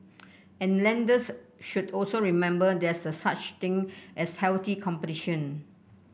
and lenders should also remember there is a such thing as healthy competition